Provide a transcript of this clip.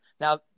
Now